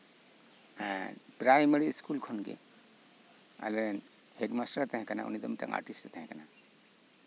primary school ᱠᱷᱚᱱᱜᱮ ᱟᱞᱮᱨᱮᱱ headmaster ᱮ ᱛᱟᱦᱮᱸ ᱠᱟᱱᱟ